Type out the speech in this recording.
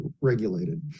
regulated